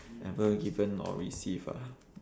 ever given or receive ah